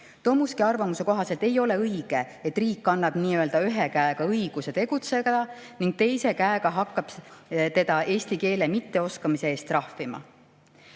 Tomuski arvamuse kohaselt ei ole õige, et riik annab nii‑öelda ühe käega õiguse tegutseda ning teise käega hakkab eesti keele mitteoskamise eest trahvima.